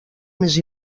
més